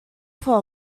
for